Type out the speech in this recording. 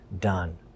done